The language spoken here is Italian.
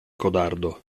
codardo